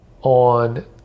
on